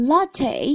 Latte